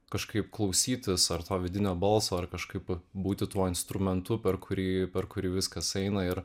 kažkaip klausytis ar to vidinio balso ar kažkaip būti tuo instrumentu per kurį per kurį viskas eina ir